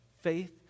faith